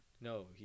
No